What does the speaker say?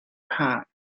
park